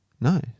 No